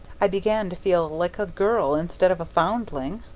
i begin to feel like a girl instead of a foundling.